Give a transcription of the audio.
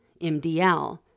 MDL